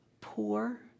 poor